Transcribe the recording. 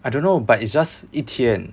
I don't know but it's just 一天